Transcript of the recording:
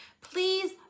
Please